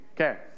okay